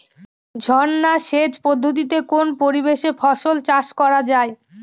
ঝর্না সেচ পদ্ধতিতে কোন পরিবেশে ফসল চাষ করা যায়?